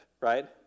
right